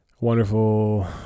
wonderful